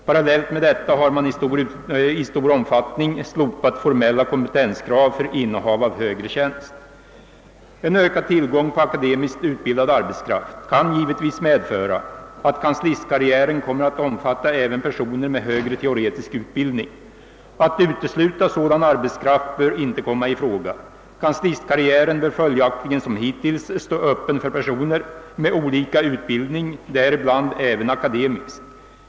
Parallellt med detta har man i stor omfattning slopat formella kompetenskrav för innehav av högre tjänst. bildad arbetskraft kan givetvis medföra att kanslistkarriären kommer att omfatta även personer med högre teoretisk utbildning. Att utesluta sådan arbetskraft bör inte komma i fråga. Kanslistkarriären bör följaktligen som hittills stå öppen för personer med olika utbildning, däribland även akademisk.